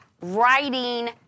writing